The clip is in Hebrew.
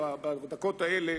בדקות האלה,